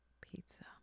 pizza